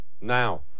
now